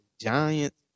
Giants